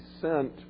sent